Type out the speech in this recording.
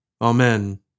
Amen